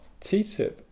TTIP